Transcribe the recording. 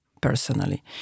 personally